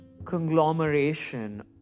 conglomeration